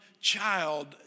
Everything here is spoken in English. child